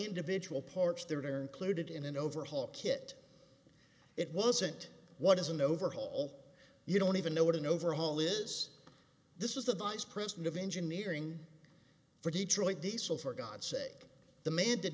individual parts they were included in an overhaul kit it wasn't what is an overhaul you don't even know what an overhaul is this is the vice president of engineering for detroit diesel for god's sake the man